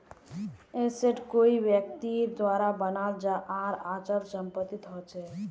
asset कोई व्यक्तिर द्वारा बनाल चल आर अचल संपत्ति हछेक